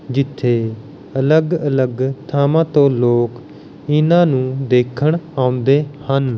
ਜਿੱਥੇ ਅਲੱਗ ਅਲੱਗ ਥਾਵਾਂ ਤੋਂ ਲੋਕ ਇਹਨਾਂ ਨੂੰ ਦੇਖਣ ਆਉਂਦੇ ਹਨ